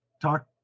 talk